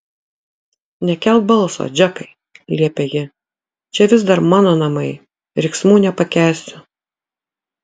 nekelk balso džekai liepė ji čia vis dar mano namai riksmų nepakęsiu